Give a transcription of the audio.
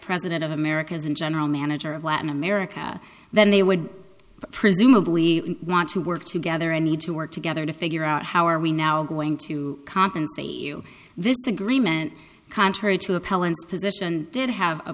president of americas and general manager of latin america then they would presumably want to work together and need to work together to figure out how are we now going to compensate you this agreement contrary to